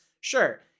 Sure